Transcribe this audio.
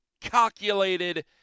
calculated